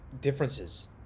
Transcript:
differences